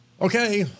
Okay